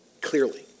clearly